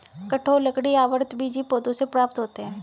कठोर लकड़ी आवृतबीजी पौधों से प्राप्त होते हैं